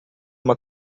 uma